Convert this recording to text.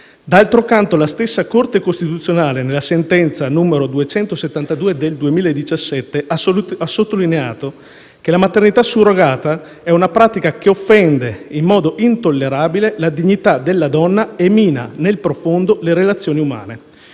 D'altro canto, la stessa Corte costituzionale, nella sentenza n. 272 del 2017, ha sottolineato che «la maternità surrogata è una pratica che offende in modo intollerabile la dignità della donna e mina nel profondo le relazioni umane».